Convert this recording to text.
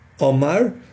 Omar